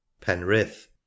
Penrith